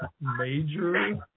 major